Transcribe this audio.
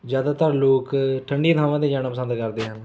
ਜ਼ਿਆਦਾਤਰ ਲੋਕ ਠੰਢੀਆਂ ਥਾਵਾਂ 'ਤੇ ਜਾਣਾ ਪਸੰਦ ਕਰਦੇ ਹਨ